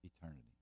eternity